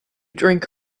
drink